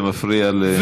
זה מפריע לחבר הכנסת.